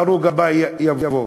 ההרוג הבא לפנינו.